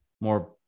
more